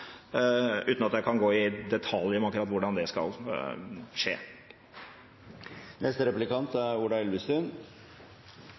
uten at jeg kan gå i detalj om akkurat hvordan det skal skje.